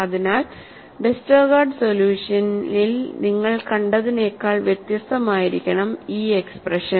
അതിനാൽ വെസ്റ്റർഗാർഡ് സൊല്യൂഷനിൽ നിങ്ങൾ കണ്ടതിനേക്കാൾ വ്യത്യസ്തമായിരിക്കണം ഈ എക്സ്പ്രഷൻ